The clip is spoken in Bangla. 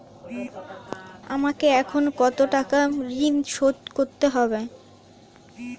আমাকে এখনো কত টাকা ঋণ শোধ করতে হবে?